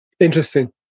Interesting